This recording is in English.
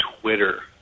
Twitter